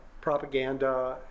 propaganda